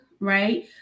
Right